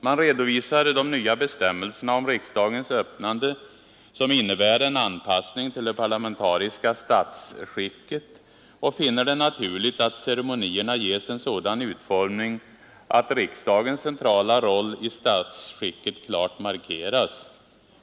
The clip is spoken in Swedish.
Man redovisar de nya bestämmelserna om riksdagens öppnande, som innebär en anpassning till det parlamentariska statsskicket, och finner det naturligt att ceremonierna ges en sådan utformning att riksdagens centrala roll i statsskicket klart markeras.